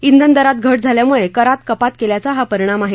इंधन दरात घट झाल्यामुळे करात कपात केल्याचा हा परिणाम आहे